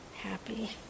happy